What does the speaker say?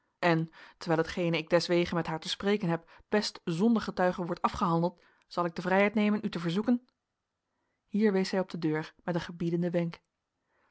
en terwijl hetgene ik deswege met haar te spreken heb best zonder getuigen wordt afgehandeld zal ik de vrijheid nemen u te verzoeken hier wees hij op de deur met een gebiedenden wenk